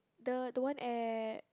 the the one at